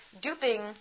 duping